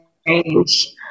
strange